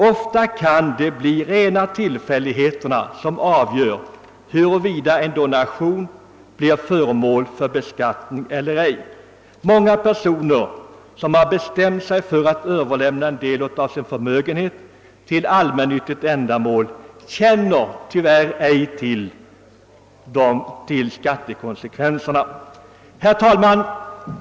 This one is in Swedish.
Ofta är det rena tillfälligheter som avgör huruvida en donation blir föremål för beskattning eller ej. Många personer som har bestämt sig för att överlämna en del av sin förmögenhet till allmännyttigt ändamål känner tyvärr inte till skattekonsekvenserna. Herr talman!